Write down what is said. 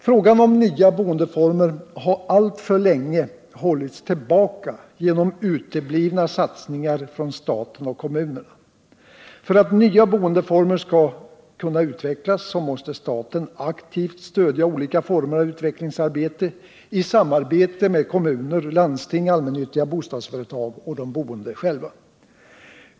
Frågan om nya boendeformer har alltför länge hållits tillbaka genom uteblivna satsningar från staten och kommunerna. För att nya boendeformer skall kunna utvecklas måste staten aktivt stödja olika former av utvecklingsarbete i samarbete med kommuner, landsting, allmännyttiga bostadsföretag och de boende.